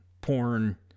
porn